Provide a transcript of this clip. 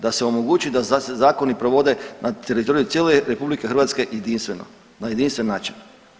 Da se omogući da se zakoni provode na teritoriju cijele RH jedinstveno, na jedinstven način.